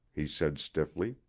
he said stiffly.